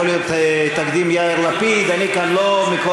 זה ברור שזה תקדים.